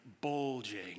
bulging